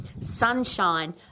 sunshine